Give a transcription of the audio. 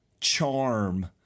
charm